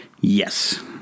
Yes